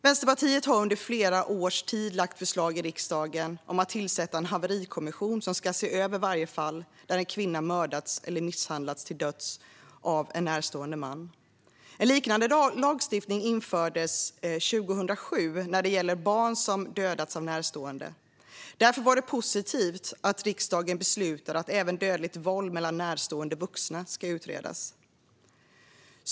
Vänsterpartiet har under flera års tid lagt fram förslag i riksdagen om att tillsätta en haverikommission som ska se över varje fall där en kvinna mördats eller misshandlats till döds av en närstående man. En liknande lagstiftning infördes 2007 när det gäller barn som dödats av närstående. Därför var det positivt att riksdagen beslutade att även dödligt våld mellan närstående vuxna ska utredas.